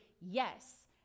yes